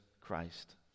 Christ